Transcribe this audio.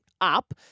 up